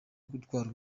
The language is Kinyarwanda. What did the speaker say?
gutwara